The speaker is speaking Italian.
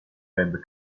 red